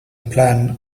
plan